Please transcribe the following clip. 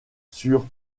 sur